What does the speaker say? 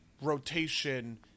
rotation